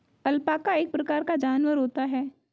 alpaca एक प्रकार का जानवर होता है